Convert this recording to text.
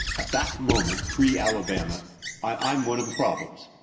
at that moment, pre-alabama, i i'm one of the problems.